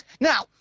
Now